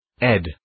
Ed